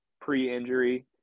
pre-injury